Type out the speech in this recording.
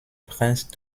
princes